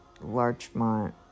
Larchmont